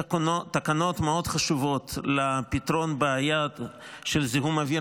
תקנות מאוד חשובות לפתרון בעיה של זיהום אוויר